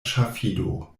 ŝafido